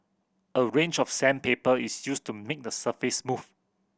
a range of sandpaper is used to make the surface smooth